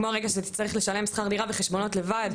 כמו הרגע שבו אתה צריך לשלם שכר דירה וחשבונות לבד.